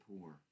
poor